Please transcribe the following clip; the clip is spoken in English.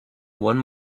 one